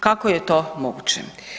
Kako je to moguće?